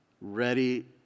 ready